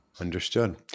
Understood